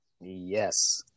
Yes